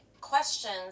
questions